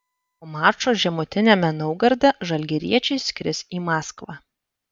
po mačo žemutiniame naugarde žalgiriečiai skris į maskvą